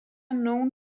known